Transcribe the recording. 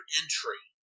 entry